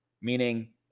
meaning